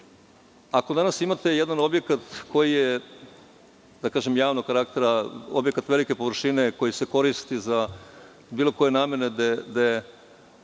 Ako danas imate jedan objekat koji je javnog karaktera, objekat velike površine, koji se koristi za bilo koje namene, gde